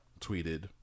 Tweeted